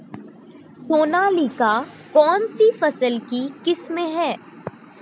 सोनालिका कौनसी फसल की किस्म है?